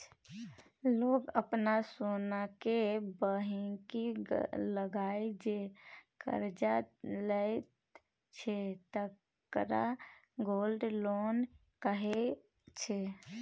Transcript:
लोक अपन सोनकेँ बन्हकी लगाए जे करजा लैत छै तकरा गोल्ड लोन कहै छै